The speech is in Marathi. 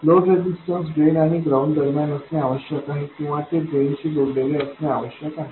लोड रेझिस्टर ड्रेन आणि ग्राउंड दरम्यान असणे आवश्यक आहे किंवा ते ड्रेनशी जोडलेले असणे आवश्यक आहे